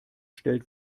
stellt